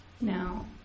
now